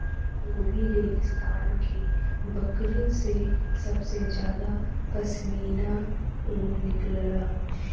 Gobi रेगिस्तान के बकरिन से सबसे जादा पश्मीना ऊन निकलला